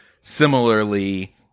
similarly